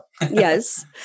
yes